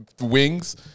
wings